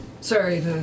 Sorry